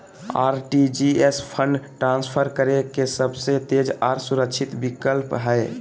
RTGS fund transfer करे के सबसे तेज आर सुरक्षित विकल्प हय